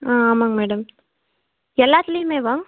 ஆ ஆமாங்க மேடம் எல்லாத்துலேயுமேவா